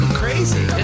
crazy